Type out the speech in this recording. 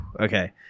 Okay